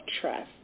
trust